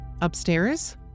upstairs